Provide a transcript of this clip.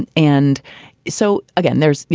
and and so, again, there's you